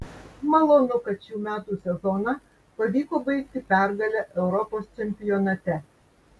malonu kad šių metų sezoną pavyko baigti pergale europos čempionate